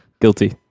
Guilty